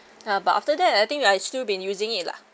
ya but after that I think I still been using it lah